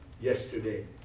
yesterday